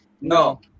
No